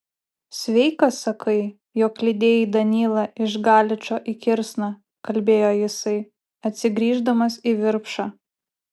sveikas sakai jog lydėjai danylą iš galičo į kirsną kalbėjo jisai atsigrįždamas į virpšą